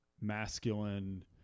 masculine